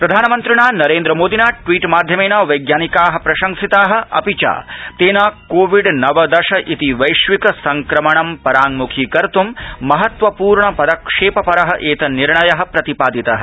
प्रधानमन्त्रिणा श्री नरेन्द्रमोपिना ट्वीट् माध्यमेन वक्रानिका प्रशंसिता अपि च कोविड् नव श इति वश्विक सङ्कमणं पराङ्मुखीकर्त्य महत्वपूर्ण प क्षेपपर एतन्निर्णय प्रतिपापितः